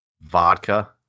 Vodka